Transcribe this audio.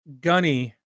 gunny